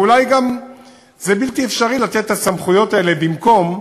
ואולי זה גם בלתי אפשרי לתת את הסמכויות האלה במקום,